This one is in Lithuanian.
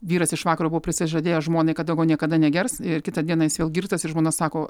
vyras iš vakaro buvo prisižadėjęs žmonai kad daugiau niekada negers ir kitą dieną jis vėl girtas ir žmona sako